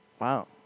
wow